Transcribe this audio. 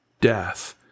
death